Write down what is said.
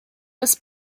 des